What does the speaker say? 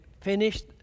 finished